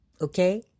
Okay